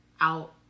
out